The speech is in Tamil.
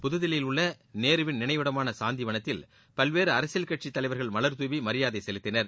புதுதில்லியில் உள்ள நேருவின் நினைவிடமான சாந்திவனத்தில் பல்வேறு அரசியல் கட்சித் தலைவர்கள் மலர் தூவி மரியாதை செலுத்தினர்